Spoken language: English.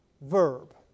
verb